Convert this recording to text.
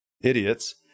idiots